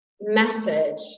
message